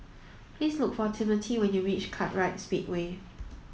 please look for Timothy when you reach Kartright Speedway